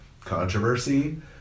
controversy